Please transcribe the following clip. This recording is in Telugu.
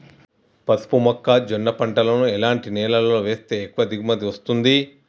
పసుపు మొక్క జొన్న పంటలను ఎలాంటి నేలలో వేస్తే ఎక్కువ దిగుమతి వస్తుంది?